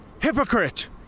hypocrite